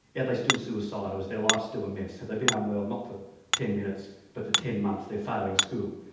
yeah they still suicidal, is their life still a mess, have they been unwell, not for ten minutes but for ten months, they are failing school.